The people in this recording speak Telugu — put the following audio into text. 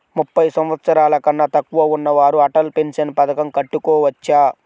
ముప్పై సంవత్సరాలకన్నా తక్కువ ఉన్నవారు అటల్ పెన్షన్ పథకం కట్టుకోవచ్చా?